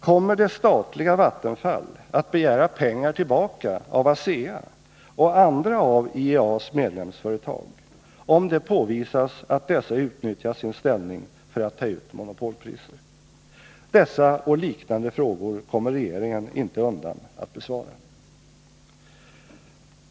Kommer det statliga Vattenfall att begära pengar tillbaka av ASEA och andra IEA:s medlemsföretag, om det påvisas att dessa utnyttjar sin ställning för att ta ut monopolpriser? Dessa och liknande frågor kommer regeringen inte undan att besvara.